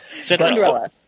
Cinderella